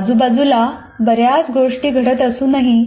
आजूबाजूला बर्याच गोष्टी घडत असूनही